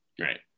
Right